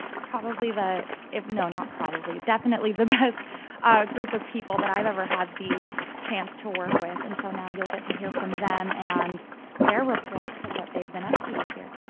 probably the no, not probably, definitely the best group of people that i've ever had the chance to work with. and so now you'll get to hear from them and their reports of what they've been up to this year.